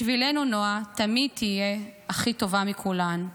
בשבילנו נועה תמיד תהיה הכי טובה מכולן.